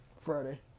Friday